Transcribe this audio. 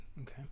Okay